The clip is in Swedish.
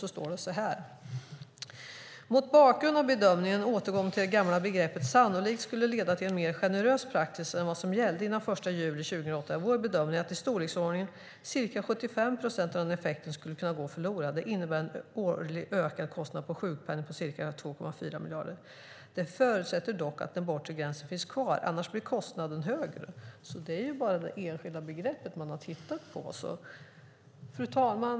Det står så här: Mot bakgrund av bedömningen att återgång till det gamla begreppet sannolikt skulle leda till en mer generös praxis än vad som gällde innan den 1 juli 2008 är vår bedömning att i storleksordningen ca 75 procent av effekten skulle kunna gå förlorad. Det innebär en årlig ökad kostnad av sjukpenning på ca 2,4 miljarder. Det förutsätter dock att den bortre gränsen finns kvar. Annars blir kostnaden högre. Det är alltså bara det enskilda begreppet man har tittat på. Fru talman!